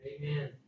Amen